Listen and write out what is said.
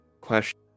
question